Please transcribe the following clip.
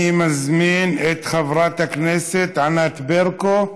אני מזמין את חברת הכנסת ענת ברקו,